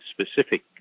specific